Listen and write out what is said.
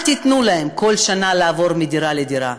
אל תיתנו להם כל שנה לעבור מדירה לדירה,